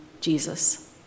Jesus